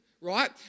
right